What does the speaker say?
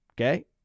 okay